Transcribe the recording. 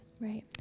Right